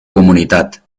comunitat